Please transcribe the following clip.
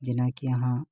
जेनाकि अहाँ